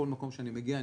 בכל מקום שאני מגיע,